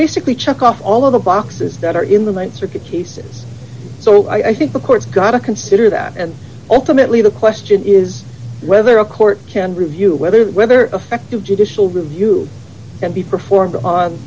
basically check off all of the boxes that are in the th circuit cases so i think the court's got to consider that and ultimately the question is whether a court can review whether whether effective judicial review and be performed on